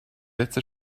letzte